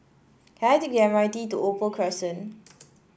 can I take the M R T to Opal Crescent